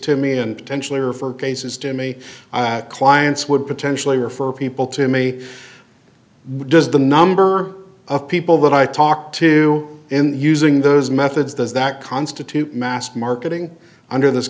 to me and potentially or for cases to me clients would potentially refer people to me does the number of people that i talk to in using those methods does that constitute mass marketing under this